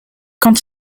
quand